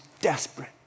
desperate